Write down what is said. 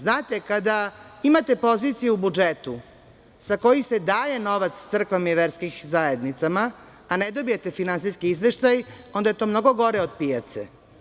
Znate, kada imate poziciju o budžetu sa kojim se daje novac crkvama i verskim zajednicama, a ne dobijete finansijski izveštaj onda je to mnogo gore od pijace.